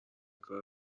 کار